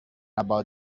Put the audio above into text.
about